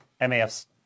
MAF's